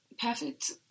perfect